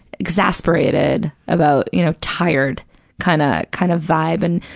exasperated about, you know, tired kind of kind of vibe. and,